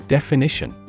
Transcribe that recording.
Definition